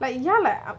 like ya like